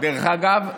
דרך אגב,